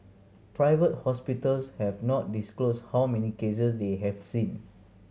private hospitals have not disclosed how many cases they have seen